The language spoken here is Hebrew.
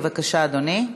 בבקשה, אדוני.